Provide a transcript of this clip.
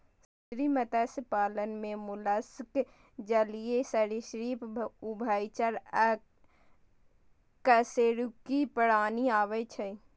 समुद्री मत्स्य पालन मे मोलस्क, जलीय सरिसृप, उभयचर आ अकशेरुकीय प्राणी आबै छै